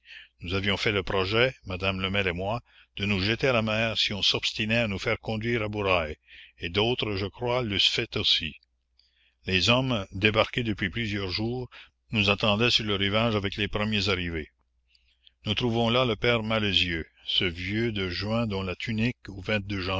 nous avions fait le projet madame lemel et moi de nous jeter à la mer si on s'obstinait à nous faire conduire à bourail et d'autres je crois l'eussent fait aussi les hommes débarqués depuis plusieurs jours nous attendaient sur le rivage avec les premiers arrivés nous trouvons là le père malezieux ce vieux de juin dont la tunique